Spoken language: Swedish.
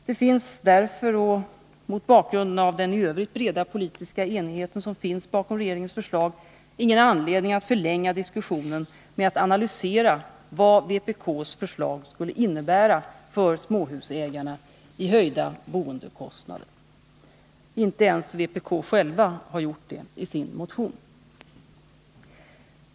Det är därför — och mot bakgrund av den i övrigt breda politiska enighet som finns bakom regeringens förslag — ingen anledning att förlänga diskussionen med att analysera vad vpk:s förslag skulle innebära för småhusägarna i höjda boendekostnader. Inte ens vpk självt har gjort det i sin motion.